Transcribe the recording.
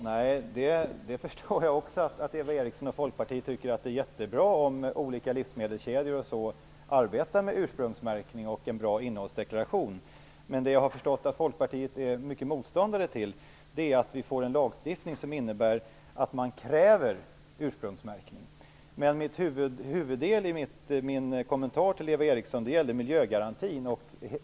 Herr talman! Jag förstår att Eva Eriksson och Folkpartiet tycker att det är mycket bra om t.ex. olika livsmedelskedjor arbetar med ursprungsmärkning och en bra innehållsdeklaration. Jag har dock förstått att Folkpartiet är starka motståndare till att vi får en lagstiftning som innebär att ursprungsmärkning krävs. Min kommentar till Eva Eriksson gällde huvudsakligen miljögarantin.